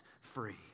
free